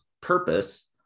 purpose